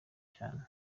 cyane